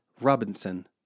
Robinson